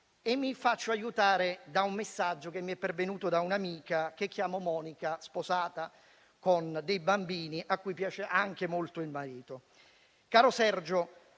e mi faccio aiutare da un messaggio che mi è pervenuto da un'amica, che chiamo Monica, sposata con dei bambini, a cui piace anche molto il marito: «Caro Sergio,